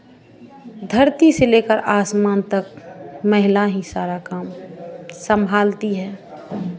धरती से लेकर आसमान तक महिला ही सारा काम सम्भालती है